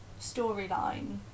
storyline